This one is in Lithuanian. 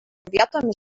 vietomis